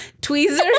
tweezers